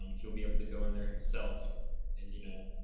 um he'll be able to go in there himself and, you know,